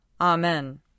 Amen